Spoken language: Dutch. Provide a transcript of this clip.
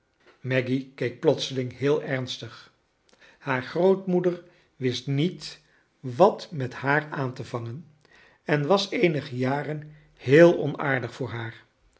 mag'gy keek plotseling heel ems tig haar grootmoeder wist niet wat met haar aan te vangen en was eenige jaren heel onaardig voor haar